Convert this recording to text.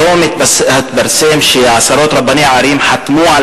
היום התפרסם שעשרות רבני ערים חתמו על